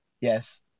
Yes